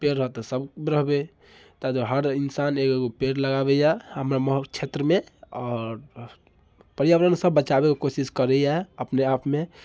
पेड़ रहत तऽ सब रहबै ताहि दुआरे हर इन्सान एगो एगो पेड़ लगाबैए छेत्रमे आओर पर्यावरण सब बचाबैके कोशिश करैए अपने आपमे